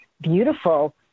beautiful